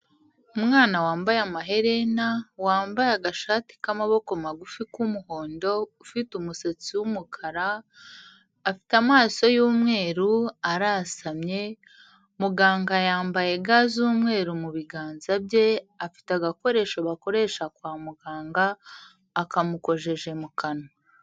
Umwana wambaye amaherena wambaye agashati k'amaboko magufi k'umuhondo ufite umusatsi w'umukara afite amaso y'umweru arasamye muganga yambaye ga z'umweru mu biganza bye afite agakoresho bakoresha kwa muganga akamukojeje mu kanwa.